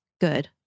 Good